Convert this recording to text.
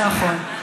נכון.